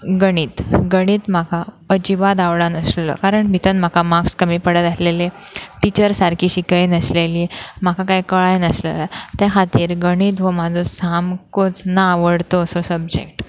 गणीत गणीत म्हाका अजिबात आवडनाशलेलो कारण भितन म्हाका मार्क्स कमी पडत आसलेले टिचर सारकी शिकयनासलेली म्हाका कांय कळाय नासलेले त्या खातीर गणीत हो म्हाजो सामकोच ना आवडतो असो सब्जेक्ट